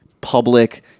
public